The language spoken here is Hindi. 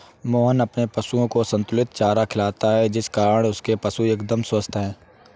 मोहन अपने पशुओं को संतुलित चारा खिलाता है जिस कारण उसके पशु एकदम स्वस्थ हैं